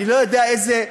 אני לא יודע איזה,